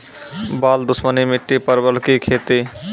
बल दुश्मनी मिट्टी परवल की खेती?